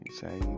say